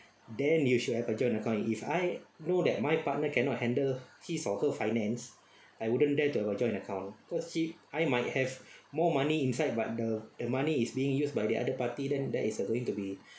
then you should have a joint account if I know that my partner cannot handle his or her finance I wouldn't dare to have a joint account cause see I might have more money inside but the the money is being used by the other party then that is a going to be